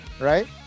right